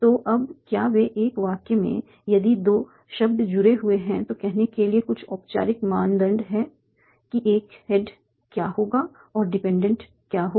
तो अब क्या वे एक वाक्य में यदि दो शब्द जुड़े हुए हैं तो कहने के लिए कुछ औपचारिक मानदंड हैं कि एक हेड क्या होगा और डिपेंडेंट क्या होगा